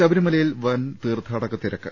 ശബരിമലയിൽ വൻ തീർഥാടന തിരക്ക്